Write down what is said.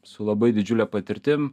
su labai didžiule patirtim